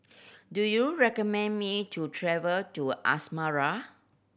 do you recommend me to travel to Asmara